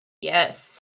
Yes